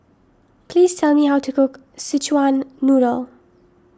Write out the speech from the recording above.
please tell me how to cook Szechuan Noodle